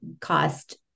cost